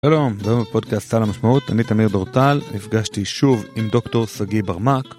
‫שלום, זהו פודקאסט צהר למשמעות, ‫אני תמיר דורטל, ‫נפגשתי שוב עם דוקטור סגי ברמק.